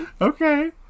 Okay